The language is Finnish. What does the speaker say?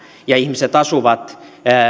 ja ihmiset asuvat